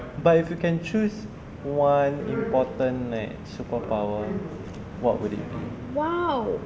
but if you can choose one important like superpower what would it be